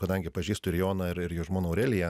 kadangi pažįstu ir joną ir ir jo žmona aureliją